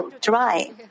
dry